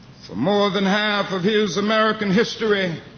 for more than half of his american history,